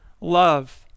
love